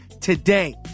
today